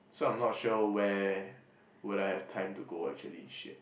so I'm not sure where would I have time to go actually shit